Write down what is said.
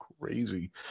crazy